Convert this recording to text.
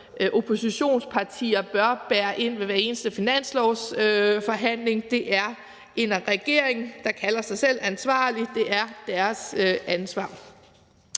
oppositionspartier bør bære ind til bordet ved hver eneste finanslovsforhandling. Det er en regering, der kalder sig selv ansvarlig, som har ansvaret